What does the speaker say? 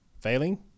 failing